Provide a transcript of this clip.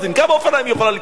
כמה אופניים היא יכולה לקנות?